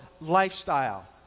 lifestyle